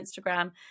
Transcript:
Instagram